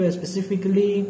specifically